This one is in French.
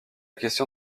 question